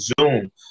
Zoom